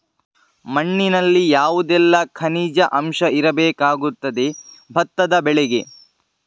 ಮಣ್ಣಿನಲ್ಲಿ ಯಾವುದೆಲ್ಲ ಖನಿಜ ಅಂಶ ಇರಬೇಕಾಗುತ್ತದೆ ಭತ್ತದ ಬೆಳೆಗೆ?